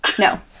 no